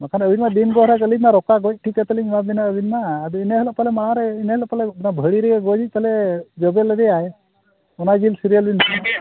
ᱵᱟᱝᱠᱷᱟᱱ ᱟᱹᱞᱤᱧᱤᱢᱟ ᱫᱤᱱ ᱜᱮ ᱨᱚᱠᱟ ᱜᱚᱡ ᱴᱷᱤᱠ ᱠᱟᱛᱮᱫ ᱞᱤᱧ ᱮᱢᱟ ᱵᱤᱱᱟ ᱟᱹᱞᱤᱧᱢᱟ ᱟᱫᱚ ᱤᱱᱟᱹ ᱦᱤᱞᱳᱜ ᱯᱟᱞᱮᱱ ᱢᱟᱲᱟᱝ ᱨᱮ ᱤᱱᱟᱹ ᱦᱤᱞᱳᱜ ᱯᱟᱞᱮᱱ ᱚᱱᱟ ᱵᱷᱟᱹᱲᱤ ᱨᱮ ᱜᱚᱡᱼᱤᱡ ᱯᱟᱞᱮ ᱡᱚᱵᱮ ᱞᱮᱫᱮᱭᱟᱭ ᱚᱱᱟ ᱡᱤᱞ ᱥᱤᱨᱤᱭᱟᱞ ᱵᱤᱱ ᱤᱫᱤ ᱠᱟᱜ ᱯᱟᱞᱮᱜ